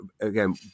again